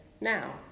now